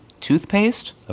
toothpaste